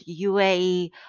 UAE